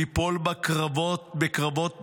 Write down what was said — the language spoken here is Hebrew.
ליפול בקרבות מיותרים,